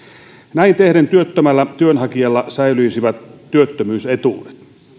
näin tehden työttömällä työnhakijalla säilyisivät työttömyysetuudet